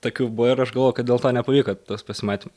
tokių buvo ir aš galvojau kad dėl to nepavyko tas pasimatym